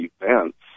events